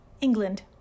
England